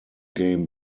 game